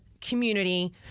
community